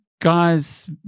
guys